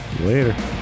Later